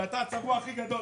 אתה הצבוע הכי גדול,